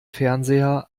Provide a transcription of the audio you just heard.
fernseher